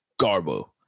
Garbo